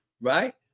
right